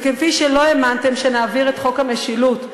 וכפי שלא האמנתם שנעביר את חוק המשילות,